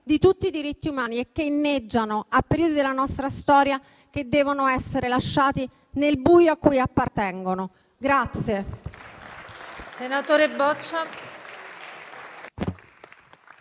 di tutti i diritti umani, e che inneggiano a periodi della nostra storia che devono essere lasciati nel buio a cui appartengono.